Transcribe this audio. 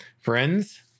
friends